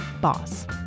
boss